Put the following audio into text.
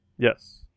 Yes